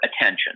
attention